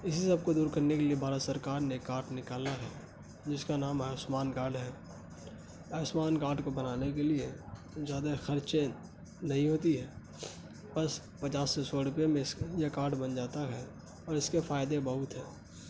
اسی سب کو دور کرنے کے لیے بھارت سرکار نے کارٹ نکالا ہے جس کا نام آیوسمان کارڈ ہے آیوسمان کارڈ کو بنانے کے لیے زیادہ خرچے نہیں ہوتی ہے بس پچاس یا سو روپیے میں اس یہ کارڈ بن جاتا ہے اور اس کے فائدے بہت ہیں